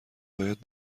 باید